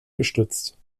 gestützt